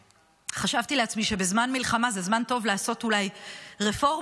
חשבתי לעצמי שבזמן מלחמה זה זמן טוב לעשות אולי רפורמות.